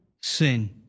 sin